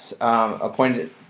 appointed